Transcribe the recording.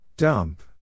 Dump